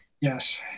Yes